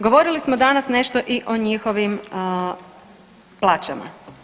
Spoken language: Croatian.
Govorili smo danas nešto i o njihovim plaćama.